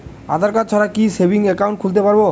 আধারকার্ড ছাড়া কি savings account খুলতে পারব?